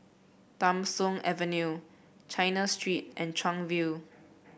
Tham Soong Avenue China Street and Chuan View